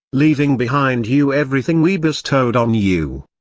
leaving behind you everything we bestowed on you.